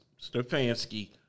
Stefanski